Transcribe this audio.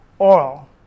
oil